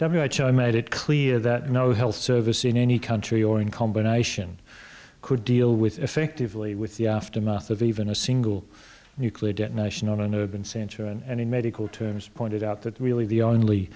i made it clear that no health service in any country or in combination could deal with effectively with the aftermath of even a single nuclear detonation on an urban center and in medical terms pointed out that really the only